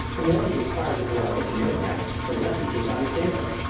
the more he inquired into our electioneering habits, the less he seemed to understand them.